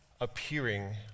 appearing